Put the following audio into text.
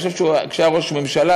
אני חושב שכשהיה ראש ממשלה,